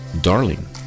darling